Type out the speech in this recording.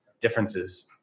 differences